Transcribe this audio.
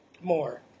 more